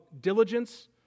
diligence